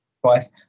twice